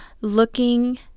looking